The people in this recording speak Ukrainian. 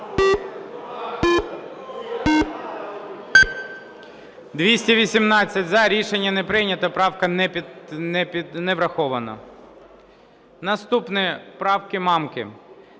За-218 Рішення не прийнято. Правка не врахована. Наступні правки Мамки.